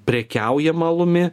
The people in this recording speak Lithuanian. prekiaujam alumi